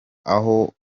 aho